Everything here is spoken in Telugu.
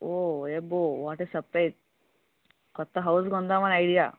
ఓ ఓయబ్బో వాట్ ఎ సర్ప్రైస్ కొత్త హౌస్ కొందామని ఐడియా